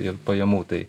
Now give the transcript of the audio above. ir pajamų tai